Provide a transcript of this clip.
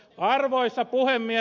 arvoisa puhemies